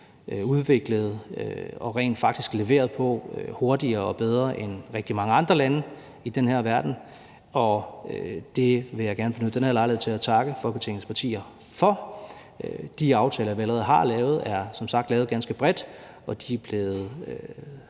udviklet og rent faktisk leveret på det hurtigere og bedre, end rigtig mange lande i den her verden gør, og det vil jeg gerne benytte den her lejlighed til at takke Folketingets partier for. De aftaler, vi allerede har lavet, er som sagt lavet ganske bredt, og de er blevet